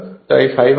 তাই 5002887 হবে